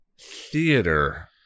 theater